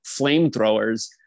flamethrowers